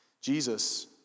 Jesus